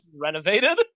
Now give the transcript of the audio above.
renovated